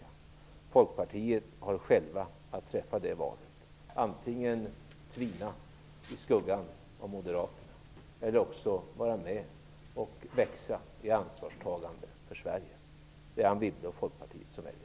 Ni i Folkpartiet har själva att träffa det valet - antingen tvina i skuggan av Moderaterna eller vara med och växa i ansvarstagande för Sverige. Det är Anne